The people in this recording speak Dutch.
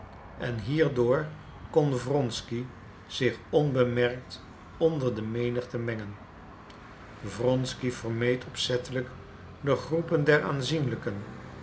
en hierdoor kon wronsky zich onbemerkt onder de menigte mengen wronsky vermeed opzettelijk de groepen der aanzienlijken